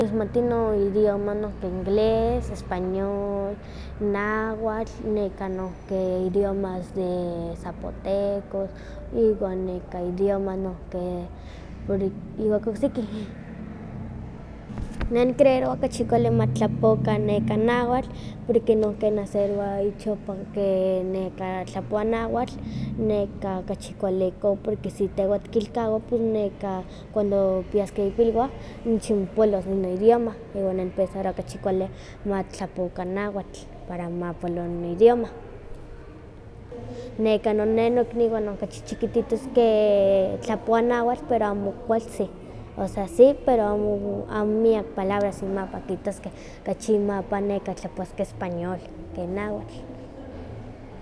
Nikixmati no idioma inglés, español, nahuatl, nekan nohki idiomas de zapotecos, iwan neka idioma nohki por iwa ke oksiki. Ne nicreeroba kachi kuali matitlapowaka nehuatl porque kana se ich ohpa tlapowa nahuatl neka kachi kuali ihkon porque si tehwa tikilkawa kuando tikpias mopilwah nochi mopolos idioma, iwa ne nipensarowa kachi kuali ma tilapowaka nahuatl, para mompolo n idioma. Neh nokniwa okachi chiquititos ke tlapowa nahuatl pero amo kualtzi, osea sí, pero amo miak palabras imapa kihtoskeh, kachi imapan tlapowaskeh español ken nahuatl.